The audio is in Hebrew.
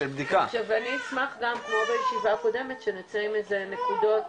עכשיו אני אשמח גם כמו בישיבה הקודמת שנצא עם איזה נקודות